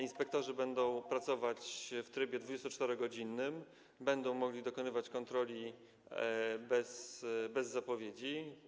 Inspektorzy będą pracować w trybie 24-godzinnym, będą mogli dokonywać kontroli bez zapowiedzi.